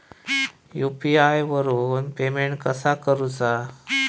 UPI वरून payment कसा करूचा?